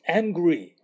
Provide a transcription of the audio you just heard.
angry